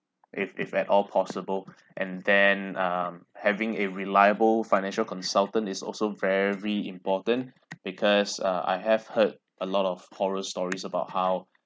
if if at all possible and then um having a reliable financial consultant is also very important because uh I have heard a lot of horror stories about how